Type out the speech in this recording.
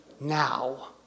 now